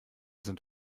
sind